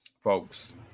folks